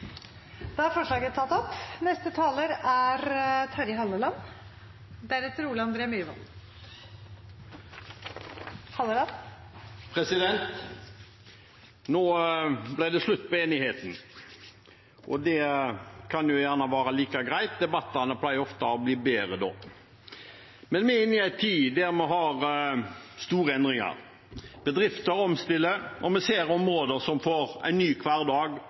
slutt på enigheten. Det kan jo være like greit, debattene pleier ofte å bli bedre da. Vi er inne i en tid der vi har store endringer. Bedrifter omstiller, vi ser områder som får en ny hverdag,